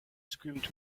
screamed